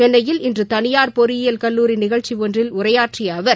சென்னையில் இன்று தனியார் பொறியியல் கல்லூரி நிகழ்ச்சி ஒன்றில் உரையாற்றிய அவர்